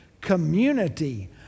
community